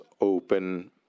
open